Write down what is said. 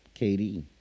KD